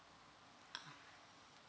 ah